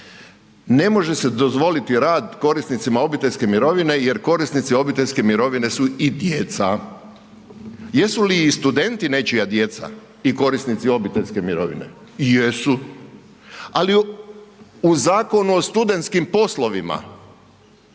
ne može se dozvoliti rad korisnicima obiteljske mirovine jer korisnici obiteljske mirovine su i djeca. Jesu li i studenti nečija djeca i korisnici obiteljske mirovine? Jesu, ali u Zakonu o studentskim poslovima